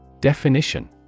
Definition